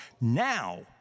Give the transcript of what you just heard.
now